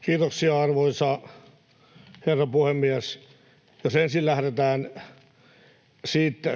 Kiitoksia, arvoisa herra puhemies! Jos ensin lähdetään